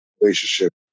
relationship